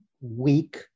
weak